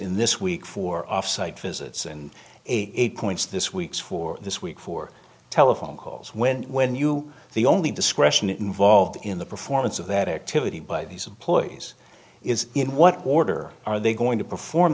in this week for off site visits and eight points this week for this week for telephone calls when when you the only discretion involved in the performance of that activity by these employees is in what order are they going to perform